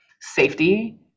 safety